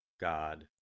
God